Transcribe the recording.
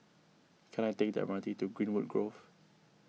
can I take the M R T to Greenwood Grove